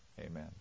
Amen